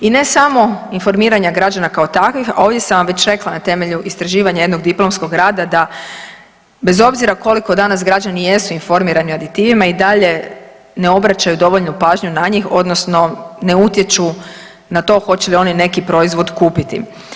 I ne samo informiranja građana kao takvih, a ovdje sam vam već rekla na temelju istraživanja jednog diplomskog rada da bez obzira koliko danas građani jesu informirani o aditivima i dalje ne obraćaju dovoljnu pažnju na njih odnosno ne utječu na to hoće li oni neki proizvod kupiti.